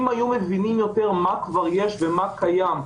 לו היו מבינים מה כבר יש ומה קיים,